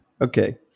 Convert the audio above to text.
Okay